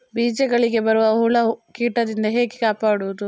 ಬೀಜಗಳಿಗೆ ಬರುವ ಹುಳ, ಕೀಟದಿಂದ ಹೇಗೆ ಕಾಪಾಡುವುದು?